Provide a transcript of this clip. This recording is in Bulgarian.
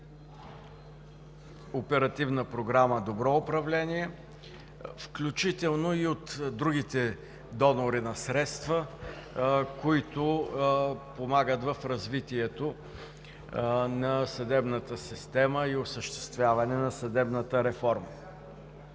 Оперативна програма „Добро управление“, включително и от другите донори на средства, които помагат за развитието на съдебната система и осъществяването на съдебната реформа.